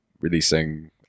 releasing